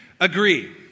Agree